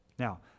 Now